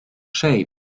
shape